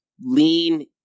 Lean